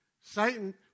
Satan